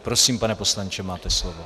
Prosím, pane poslanče, máte slovo.